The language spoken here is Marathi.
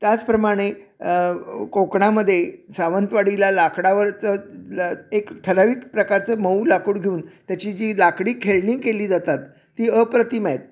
त्याचप्रमाणे कोकणामध्ये सावंतवाडीला लाकडावरचं एक ठराविक प्रकारचं मऊ लाकूड घेऊन त्याची जी लाकडी खेळणी केली जातात ती अप्रतिम आहेत